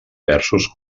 versos